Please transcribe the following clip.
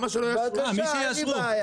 מי שהם יאשרו לו, בבקשה, אין לי בעיה.